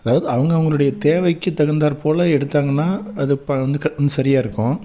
அதாவது அவங்கவங்களுடைய தேவைக்கு தகுந்தாற்போல் எடுத்தாங்கன்னா அது இப்போ வந்து க இன்னும் சரியாக இருக்கும்